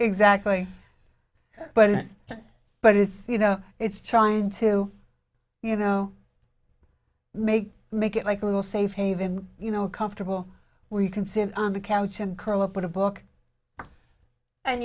exactly but but it's you know it's trying to you know make make it like a little safe haven you know comfortable where you can sit on the couch and curl up with a book and